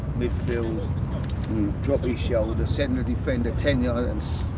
mid-field, drop his shoulder, send a defender ten yards,